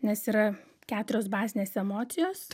nes yra keturios bazinės emocijos